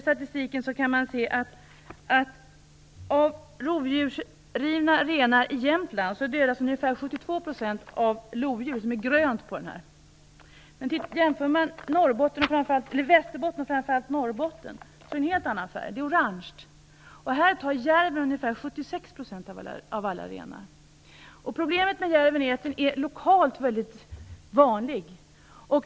Statistiken visar att av rovdjursrivna renar i Jämtland dödas ungefär 72 % av lodjur - grönt på det diagram jag nu visar upp. På diagrammet för Västerbotten och framför allt Norrbotten är färgen i stället orange. Här tar nämligen järven ungefär 76 % av alla renar. Problemet med järven är att den är väldigt vanlig lokalt.